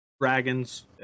dragons